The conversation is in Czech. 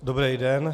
Dobrý den.